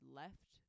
left